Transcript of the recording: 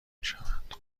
میشوند